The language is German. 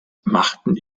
machten